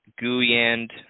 Guyand